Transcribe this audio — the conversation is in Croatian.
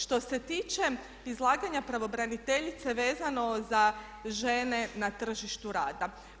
Što se tiče izlaganja pravobraniteljice vezano za žene na tržištu rada.